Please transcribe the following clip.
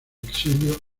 exilio